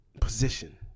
position